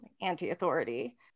anti-authority